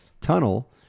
tunnel